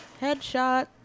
Headshot